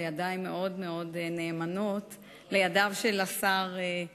אמות מידה רגילות של כלל אזרחי מדינת ישראל.